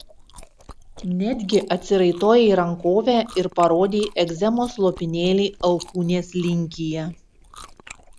netgi atsiraitojai rankovę ir parodei egzemos lopinėlį alkūnės linkyje